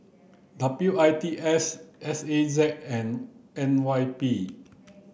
W I T S S A Z and N Y P